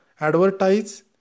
Advertise